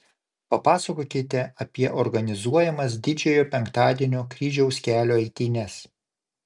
papasakokite apie organizuojamas didžiojo penktadienio kryžiaus kelio eitynes